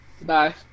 bye